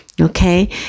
Okay